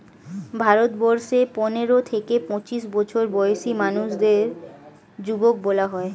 ভারতবর্ষে পনেরো থেকে পঁচিশ বছর বয়সী মানুষদের যুবক বলা হয়